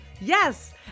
Yes